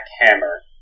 Hammer